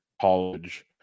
college